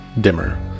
dimmer